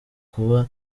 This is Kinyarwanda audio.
kuba